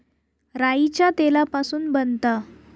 राईच्या तेलापासून बनता